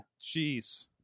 Jeez